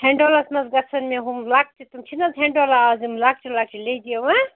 ہٮ۪نٛڈولَس منٛز گژھن مےٚ ہُم لۄکچہِ تِم چھِ ہٮ۪نٛڈول آز یِم لۄکچہِ لۄکچہِ لیٚجہِ یِوانا